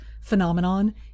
phenomenon